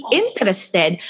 interested